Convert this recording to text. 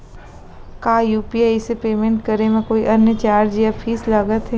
का यू.पी.आई से पेमेंट करे म कोई अन्य चार्ज या फीस लागथे?